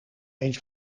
eens